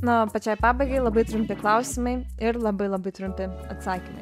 na pačiai pabaigai labai trumpi klausimai ir labai labai trumpi atsakymai